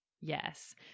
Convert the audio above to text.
Yes